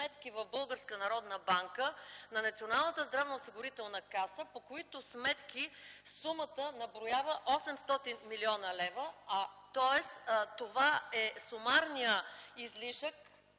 банка на Националната здравноосигурителна каса, по които сумата наброява 800 млн. лв., тоест това е сумарният излишък,